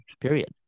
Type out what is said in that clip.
period